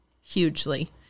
hugely